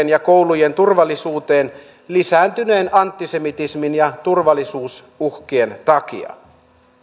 ja koulujen turvallisuuteen lisääntyneen antisemitismin ja turvallisuusuhkien takia